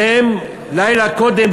ולילה קודם,